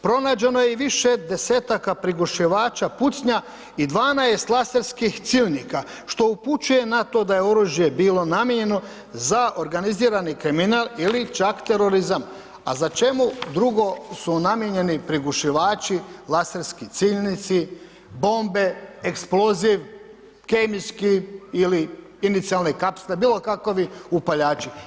Pronađeno je i više desetaka prigušivača pucnja i 12 laserskih ciljnika, što upućuje na to da je oružje bilo namijenjeno za organizirani kriminal ili čak terorizam, a za čemu drugo su namijenjeni prigušivači, laserski ciljnici, bombe, eksploziv, kemijski ili inicijalne kapsule, bilo kakovi upaljači.